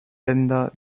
länder